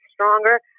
stronger